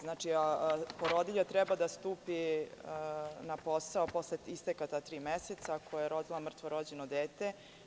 Znači, porodilja treba da stupi na posao posle isteka ta tri meseca, koja je rodila mrtvo rođeno dete.